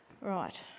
Right